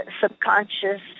subconscious